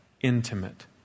intimate